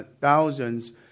thousands